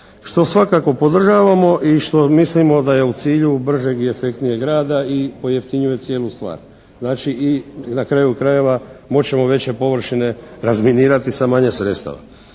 što svakako podržavamo i što mislimo da je u cilju bržeg i efektnijeg rada i pojeftinjuje cijelu stvar. Znači i na kraju krajeva moći ćemo veće površine razminirati sa manje sredstava.